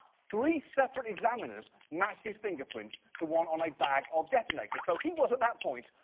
three separate examiners, matched his finger prints to one on a bag of detonators. so, he was at that point,